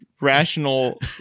rational